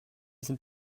sind